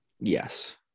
Yes